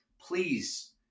please